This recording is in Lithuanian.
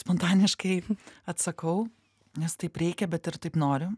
spontaniškai atsakau nes taip reikia bet ir taip noriu